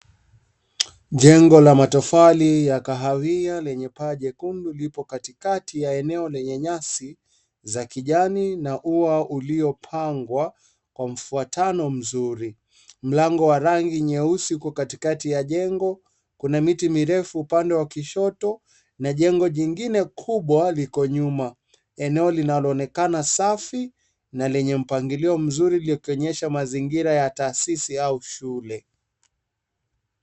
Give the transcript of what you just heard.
Njengo la matofari la ya kahawia, lenye paa jekundu liko katikati ya eneo lenye nyasi za kijani na ua uliopangwa kwa mfuatano mzuri. Mlango wa rangi nyeusi uko katikati ya jengo. Kuna miti mirefu upande wa kushoto, na jengo jingine kubwa liko nyuma. Eneo linaonekana safi na lenye mpangilio mzuri na kuonyesha mazingira ya taasisi yao shule.